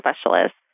specialist